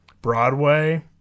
Broadway